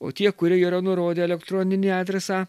o tie kurie yra nurodę elektroninį adresą